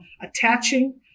attaching